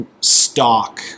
stock